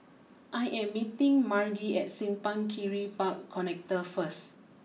I am meeting Margie at Simpang Kiri Park Connector first